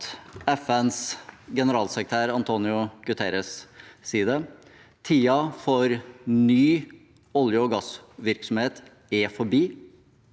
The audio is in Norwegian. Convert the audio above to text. FNs generalsekretær, António Guterres, sier det: Tiden for ny olje- og gassvirksomhet er forbi